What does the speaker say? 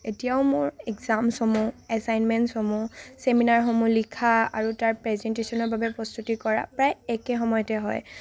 এতিয়াও মোৰ একজামছসমূহ এছাইনমেন্টছসমূহ চেমিনাৰ সমূহ লিখা আৰু তাৰ প্ৰেজেন্টেচনৰ বাবে প্ৰস্তুতি কৰা প্ৰায় একে সময়তে হয়